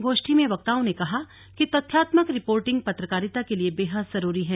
गोष्ठी में वक्ताओं ने कहा कि तथ्यात्मक रिपोर्टिंग पत्रकारिता के लिए बेहद जरूरी है